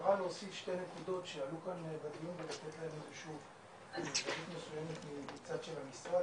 בקצרה להוסיף שתי נקודות שעלו כאן בדיון על מה שחשוב מהצד של המשרד.